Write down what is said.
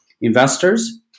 investors